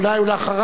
ואחריו,